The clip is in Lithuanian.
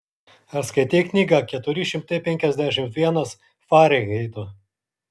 ar skaitei knygą keturi šimtai penkiasdešimt vienas farenheito